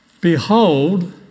behold